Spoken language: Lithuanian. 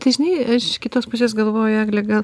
tu žinai aš iš kitos pusės galvoju egle gal